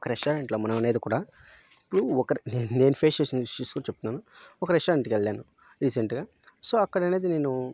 ఒక రెస్టారెంట్లో మనం అనేది కూడా ఇపుడూ ఒక నేన్ నేను ఫేస్ చేసిన ఇష్యూస్ కూడా చెప్తున్నాను ఒక రెస్టారెంట్కు వెళ్ళాను రీసెంట్గా సో అక్కడనేది నేను